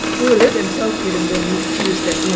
boil it and soak it and then use that yeah